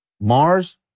Mars